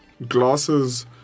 Glasses